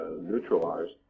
neutralized